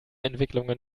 entwicklungen